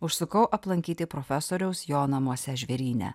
užsukau aplankyti profesoriaus jo namuose žvėryne